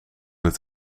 het